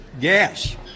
gas